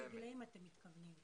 לאיזה גילאים אתם מתכוונים?